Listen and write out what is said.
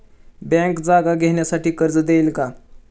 Bank जागा घेण्यासाठी कर्ज देईल का?